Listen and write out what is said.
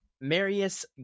Marius